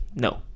No